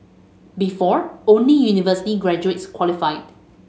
before only university graduates qualified